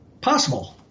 Possible